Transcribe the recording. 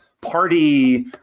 party